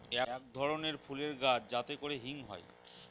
এক ধরনের ফুলের গাছ যাতে করে হিং হয়